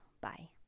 Bye